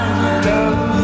love